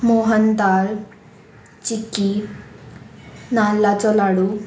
मोहन दाल चिकी नाल्ला चोलाडू